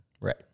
Right